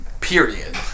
Period